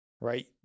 right